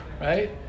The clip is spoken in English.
Right